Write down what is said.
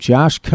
Josh